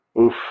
Oof